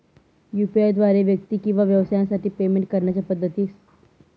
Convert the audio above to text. UPI द्वारे व्यक्ती किंवा व्यवसायांसाठी पेमेंट करण्याच्या पद्धती